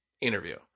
interview